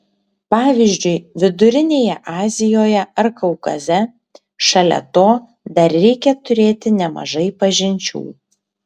pavyzdžiui vidurinėje azijoje ar kaukaze šalia to dar reikia turėti nemažai pažinčių